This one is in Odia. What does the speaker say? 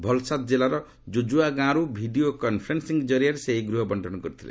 ଭଲସାଦ୍ ଜିଲ୍ଲାର ଜୁଜୁଆ ଗାଁରୁ ଭିଡ଼ିଓ କନ୍ଫରେନ୍ସିଂ ଜରିଆରେ ସେ ଏହି ଗୃହ ବଙ୍କନ କରିଥିଲେ